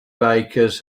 bakers